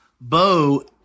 Bo